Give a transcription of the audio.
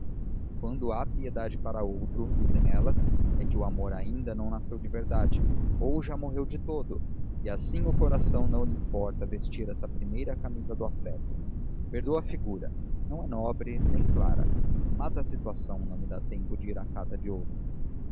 quando há piedade para outro dizem elas é que o amor ainda não nasceu de verdade ou já morreu de todo e assim o coração não lhe importa vestir essa primeira camisa do afeto perdoa a figura não é nobre nem clara mas a situação não me dá tempo de ir à cata de outra